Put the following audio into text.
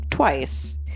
twice